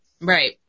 Right